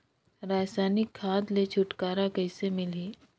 रसायनिक खाद ले छुटकारा कइसे मिलही?